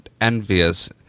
envious